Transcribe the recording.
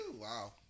Wow